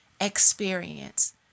experience